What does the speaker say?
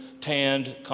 tanned